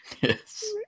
Yes